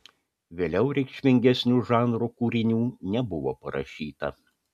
vėliau reikšmingesnių žanro kūrinių nebuvo parašyta